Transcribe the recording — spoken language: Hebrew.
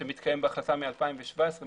שמתקיים בהחלטה מ-2017,